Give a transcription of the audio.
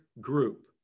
group